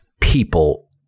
people